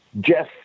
Jeff